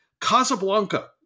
Casablanca